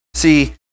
See